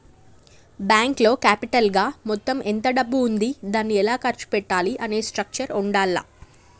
బ్యేంకులో క్యాపిటల్ గా మొత్తం ఎంత డబ్బు ఉంది దాన్ని ఎలా ఖర్చు పెట్టాలి అనే స్ట్రక్చర్ ఉండాల్ల